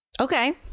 okay